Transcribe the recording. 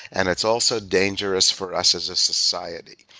and it's also dangerous for us as a society.